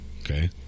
Okay